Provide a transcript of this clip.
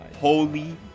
Holy